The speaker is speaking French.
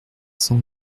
cent